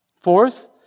Fourth